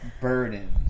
burden